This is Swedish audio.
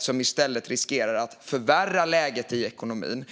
som i stället riskerar att förvärra läget i ekonomin.